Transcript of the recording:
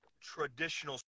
traditional